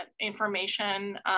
information